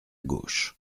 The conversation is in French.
gauche